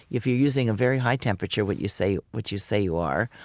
if you're using a very high temperature, what you say which you say you are,